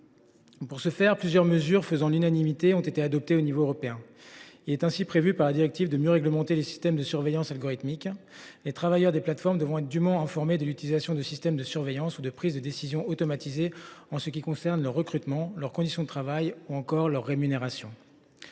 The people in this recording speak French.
protection, plusieurs mesures faisant l’unanimité ont été adoptées à l’échelon européen. La directive déjà évoquée permet ainsi de mieux réglementer les systèmes de surveillance algorithmiques. Les travailleurs des plateformes devront être dûment informés de l’utilisation de systèmes de surveillance ou de prises de décision automatisées en ce qui concerne leur recrutement, leurs conditions de travail ou encore leur rémunération.